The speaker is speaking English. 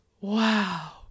wow